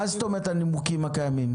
מה זאת אומרת "הנימוקים הקיימים"?